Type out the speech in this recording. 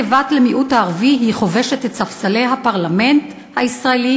כבת למיעוט הערבי היא חובשת את ספסלי הפרלמנט הישראלי